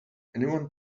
anyone